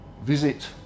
visit